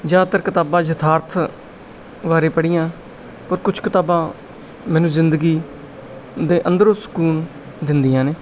ਜ਼ਿਆਦਾਤਰ ਕਿਤਾਬਾਂ ਯਥਾਰਥ ਬਾਰੇ ਪੜ੍ਹੀਆਂ ਪਰ ਕੁਝ ਕਿਤਾਬਾਂ ਮੈਨੂੰ ਜ਼ਿੰਦਗੀ ਦੇ ਅੰਦਰੋਂ ਸਕੂਨ ਦਿੰਦੀਆਂ ਨੇ